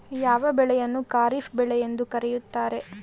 ಯಾವ ಬೆಳೆಯನ್ನು ಖಾರಿಫ್ ಬೆಳೆ ಎಂದು ಕರೆಯುತ್ತಾರೆ?